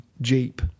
Jeep